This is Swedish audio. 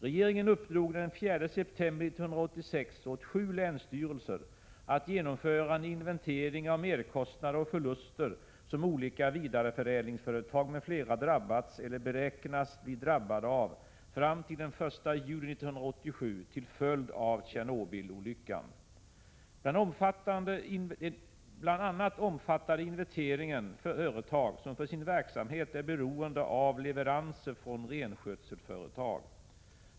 Regeringen uppdrog den 4 september 1986 åt sju länsstyrelser att genomföra en inventering av merkostnader och förluster som olika vidareförädlingsföretag m.fl. drabbats eller beräknas bli drabbade av fram till den 1 juli 1987 till följd av Tjernobylolyckan. Bl.a. omfattade inventeringen företag som för sin verksamhet är beroende av leveranser från renskötselföretag.